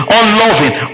unloving